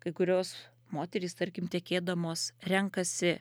kai kurios moterys tarkim tekėdamos renkasi